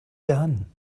done